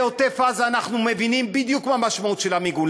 בעוטף-עזה אנחנו מבינים בדיוק מה המשמעות של המיגון.